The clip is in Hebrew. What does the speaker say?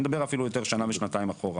אני מדבר על שנה, שנתיים אחורה